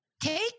Take